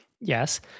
Yes